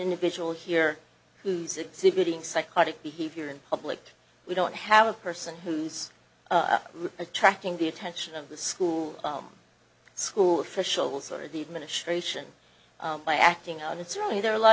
individual here who's exhibiting psychotic behavior in public we don't have a person who's attracting the attention of the school school officials or the administration by acting out it's really there are a lot